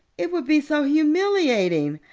it would be so humiliating.